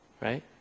right